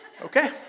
okay